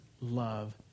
love